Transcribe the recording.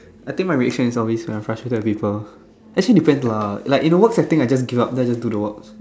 I think my reactions is always a frustrated with people actually depends lah like in a work setting I just give up then I just do the work